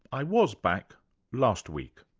i was back last week